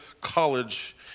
College